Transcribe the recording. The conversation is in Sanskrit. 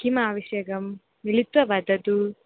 किम् आवश्यकं मिलित्वा वदतु